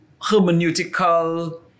hermeneutical